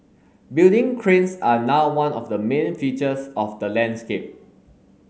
building cranes are now one of the main features of the landscape